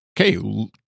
okay